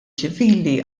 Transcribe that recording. ċivili